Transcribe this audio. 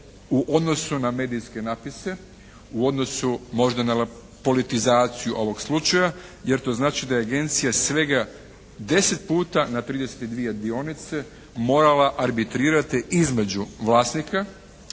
u odnosu na medijske napise. U odnosu možda na politizaciju ovog slučaja jer to znači da je agencija svega 10 puta na 32 dionice morala arbitrirati između vlasnika